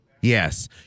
Yes